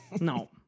No